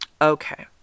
okay